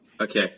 okay